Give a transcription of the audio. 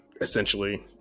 essentially